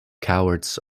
cowards